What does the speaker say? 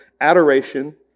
adoration